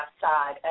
side